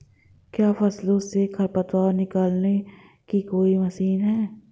क्या फसलों से खरपतवार निकालने की कोई मशीन है?